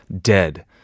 dead